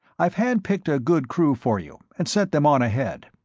i've hand-picked a good crew for you, and sent them on ahead.